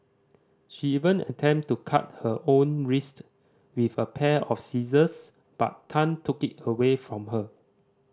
she even attempted to cut her own wrist with a pair of scissors but Tan took it away from her